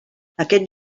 aquest